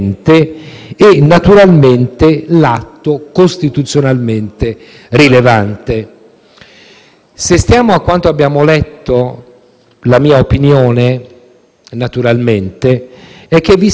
Se stiamo a quanto abbiamo letto, la mia opinione naturalmente è che vi siano fondatissimi elementi per ritenere le due relazioni di minoranza